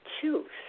choose